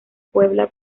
puebla